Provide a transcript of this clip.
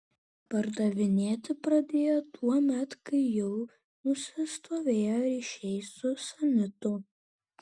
pardavinėti pradėjo tuomet kai jau nusistovėjo ryšiai su sanitu